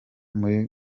muri